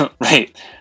Right